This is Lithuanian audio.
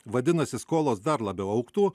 vadinasi skolos dar labiau augtų